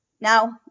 Now